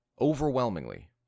Overwhelmingly